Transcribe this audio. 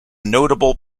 notable